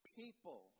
people